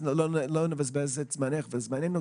לא נבזבז את זמנך וזמננו,